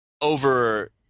Over –